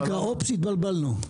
זה נקרא אופס התבלבלנו.